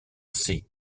sea